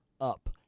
up